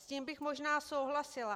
S tím bych možná souhlasila.